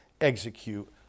execute